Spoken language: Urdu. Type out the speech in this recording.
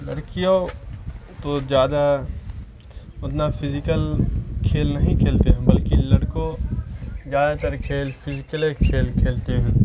لڑکیوں تو زیادہ اتنا فیزیکل کھیل نہیں کھیلتے ہیں بلکہ لڑکوں زیادہ تر کھیل فزیکل کھیل کھیلتے ہیں